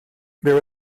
there